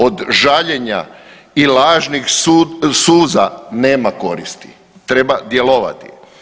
Od žaljenja i lažnih suza nema koristi, treba djelovati.